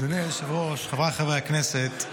אדוני היושב-ראש, חבריי חברי הכנסת,